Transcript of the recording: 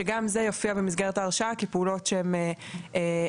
שגם זה יופיע במסגרת ההרשאה כפעולות שהן אסורות